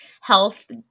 health